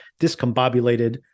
discombobulated